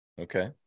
Okay